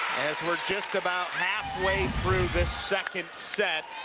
as we're just about halfway through this second set.